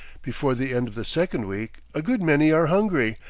before the end of the second week a good many are hungry,